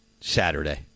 Saturday